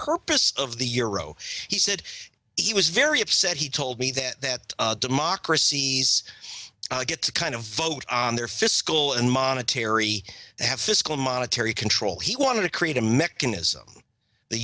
purpose of the euro he said he was very upset he told me that that democracies get to kind of vote on their fiscal and monetary to have fiscal monetary control he wanted to create a mechanism the